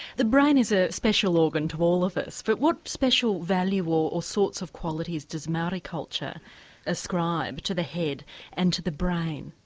the brain is a special organ to all of us, but what special value or sorts of qualities does maori culture ascribe to the head and to the brain?